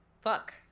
fuck